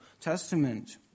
Testament